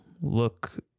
look